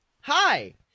Hi